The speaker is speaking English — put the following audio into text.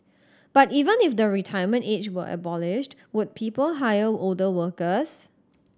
but even if the retirement age were abolished would people hire older workers